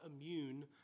immune